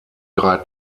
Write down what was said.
drei